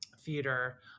theater